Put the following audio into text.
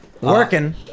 Working